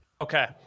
Okay